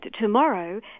tomorrow